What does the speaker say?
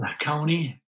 county